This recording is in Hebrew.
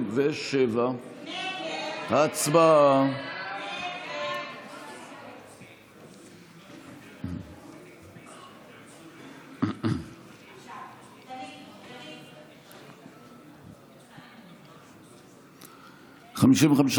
27. הצבעה.